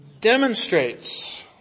demonstrates